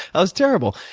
i was terrible.